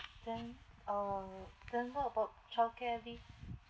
then uh then what about childcare leave